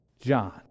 John